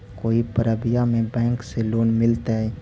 कोई परबिया में बैंक से लोन मिलतय?